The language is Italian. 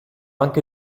anche